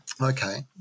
Okay